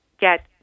get